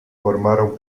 formaron